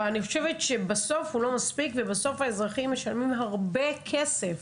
אבל אני חושבת שזה לא מספיק ושאזרחים משלמים הרבה כסף.